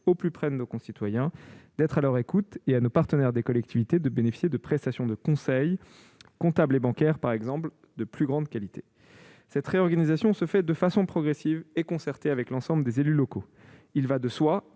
au plus près de nos concitoyens, d'être à leur écoute et d'offrir à nos partenaires des collectivités territoriales des prestations de conseils, comptables et bancaires, par exemple, de plus grande qualité. Cette réorganisation se fait de façon progressive et concertée avec l'ensemble des élus locaux. Il va de soi